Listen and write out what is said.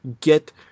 get